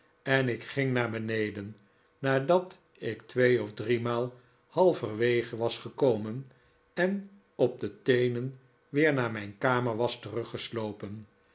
en ik ging naar beneden nadat ik twee of driemaal halverwege was gekomen en op de teenen weer naar mijn kamer was